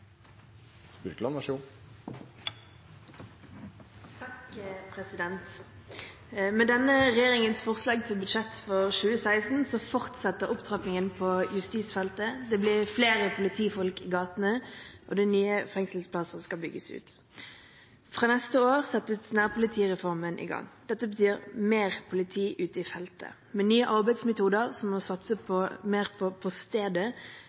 Med denne regjeringens forslag til budsjett for 2016 fortsetter opptrappingen på justisfeltet. Det blir flere politifolk i gatene, og det er nye fengselsplasser som skal bygges ut. Fra neste år settes nærpolitireformen i gang. Dette betyr mer politi ute i felten. Med nye arbeidsmetoder, som å satse mer på etterforskning på stedet,